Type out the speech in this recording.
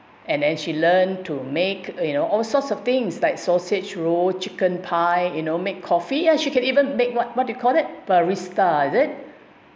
and then she learned to make you know all sorts of things like sausage roll chicken pie you know make coffee she could even make what what you call it barista is it